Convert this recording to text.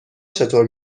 چطور